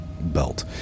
belt